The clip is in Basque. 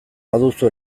baduzu